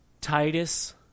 Titus